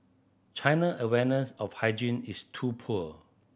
China awareness of hygiene is too poor